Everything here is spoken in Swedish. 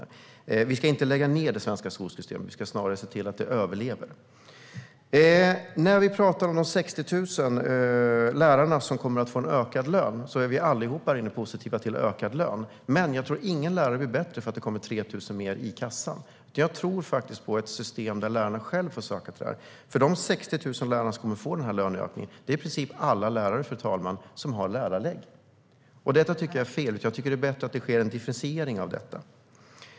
Vi ska inte lägga ned det svenska skolsystemet; vi ska snarare se till att det överlever. När vi talar om de 60 000 lärare som kommer att få en ökad lön är vi allihop här inne positiva till en ökad lön. Men jag tror inte att någon lärare blir bättre för att det kommer 3 000 mer i kassan, utan jag tror faktiskt på ett system där lärarna själva får söka detta. De 60 000 lärare som kommer att få den här löneökningen är nämligen i princip alla lärare som har lärarleg, fru talman. Detta tycker jag är fel. Jag tycker att det är bättre att det sker en differentiering av detta.